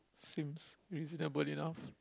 seems reasonable enough